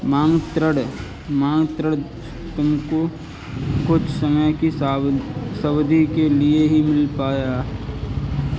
मांग ऋण तुमको कुछ समय की अवधी के लिए ही मिल पाएगा